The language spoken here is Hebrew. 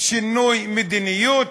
שינוי מדיניות,